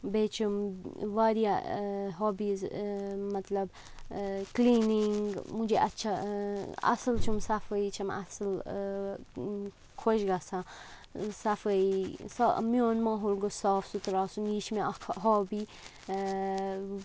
بیٚیہِ چھِم واریاہ ہابیٖز مطلب کِلیٖنِنٛگ مجھے اچھا اَصٕل چھِم صَفٲیی چھم اَصٕل خۄش گَژھان صفٲیی سۄ میون ماحول گوٚژھ صاف سُتھرٕ آسُن یہِ چھِ مےٚ اَکھ ہابی